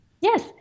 Yes